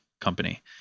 company